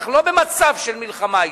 אנחנו לא במצב של מלחמה אתם.